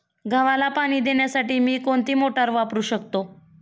गव्हाला पाणी देण्यासाठी मी कोणती मोटार वापरू शकतो?